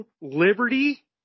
Liberty